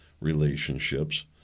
relationships